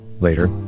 Later